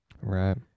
right